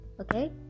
okay